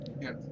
Yes